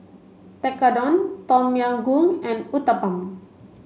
Tekkadon Tom Yam Goong and Uthapam